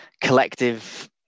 collective